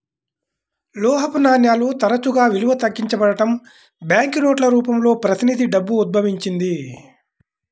లోహపు నాణేలు తరచుగా విలువ తగ్గించబడటం, బ్యాంకు నోట్ల రూపంలో ప్రతినిధి డబ్బు ఉద్భవించింది